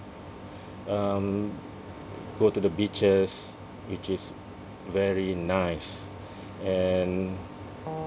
um go to the beaches which is very nice and